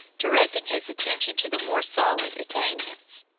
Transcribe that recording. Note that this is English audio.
directing his attention to the more solid attainments.